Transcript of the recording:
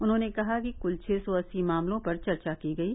उन्होंने कहा कि क्ल छः सौ अस्सी मामलों पर चर्चा की गयी